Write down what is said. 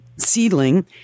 seedling